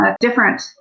different